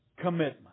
commitment